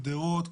גדרות,